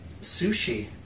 sushi